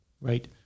Right